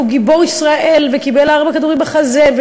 גיבור ישראל וקיבל ארבעה כדורים בחזה.